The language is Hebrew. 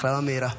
החלמה מהירה.